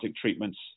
treatments